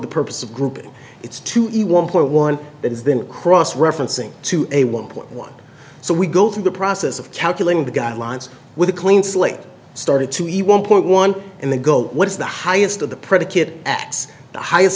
the purpose of group it's too easy one point one that is then cross referencing to a one point one so we go through the process of calculating the guidelines with a clean slate started to eat one point one in the goal what is the highest of the predi